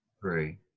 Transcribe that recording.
Three